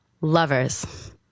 lovers